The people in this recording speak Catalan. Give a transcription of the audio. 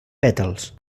pètals